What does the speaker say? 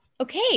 Okay